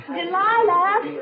Delilah